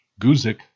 Guzik